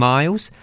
Miles